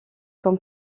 comme